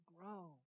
grow